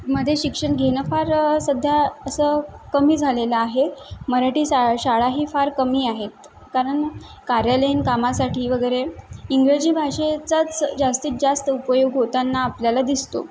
मध्ये शिक्षण घेणं फार सध्या असं कमी झालेलं आहे मराठी शा शाळाही फार कमी आहेत कारण कार्यालयीन कामासाठी वगैरे इंग्रजी भाषेचाच जास्तीत जास्त उपयोग होताना आपल्याला दिसतो